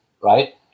right